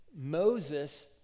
Moses